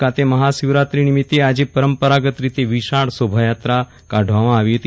ભુજ ખાતે મહાશિવરાત્રી નિમિતે આજે પરંપરાગત રીતે વિશાળ શોભાયાત્રા કાઢવામાં આવી હતી